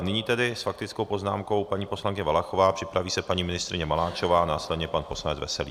Nyní tedy s faktickou poznámkou paní poslankyně Valachová, připraví se paní ministryně Maláčová, následně pan poslanec Veselý.